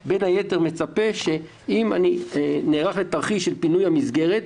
(4) בין היתר מצפה שאם אני נערך לתרחיש של פינוי המסגרת,